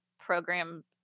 program